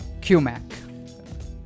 QMAC